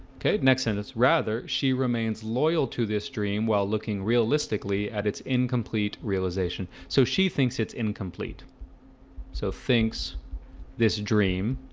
okay, next sentence rather she remains loyal to this dream while looking realistically at it's incomplete realization so she thinks it's incomplete so thinks this dream